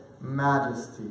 Majesty